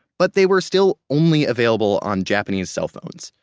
but they were still only available on japanese cell phones.